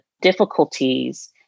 difficulties